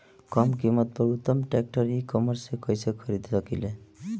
कम कीमत पर उत्तम ट्रैक्टर ई कॉमर्स से कइसे खरीद सकिले?